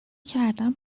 کردن